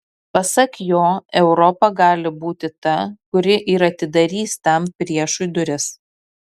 pasak jo europa gali būti ta kuri ir atidarys tam priešui duris